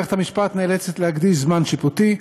ומערכת המשפט נאלצת להקדיש זמן שיפוטי,